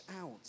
out